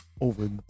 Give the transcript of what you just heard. over